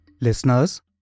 Listeners